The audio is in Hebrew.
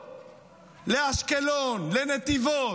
לאשקלון, לנתיבות,